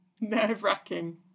nerve-wracking